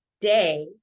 day